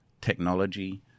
technology